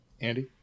andy